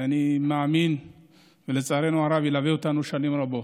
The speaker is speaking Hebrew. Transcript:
אני מאמין שלצערנו הרב ילווה אותנו שנים רבות.